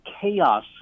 chaos